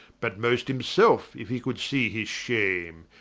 but most himselfe, if he could see his shame.